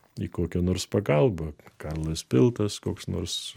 į kokią nors pagalbą karlas piltas koks nors